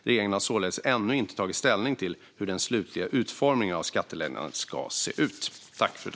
Regeringen har således ännu inte tagit ställning till hur den slutliga utformningen av skattelättnaden ska se ut.